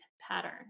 pattern